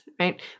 right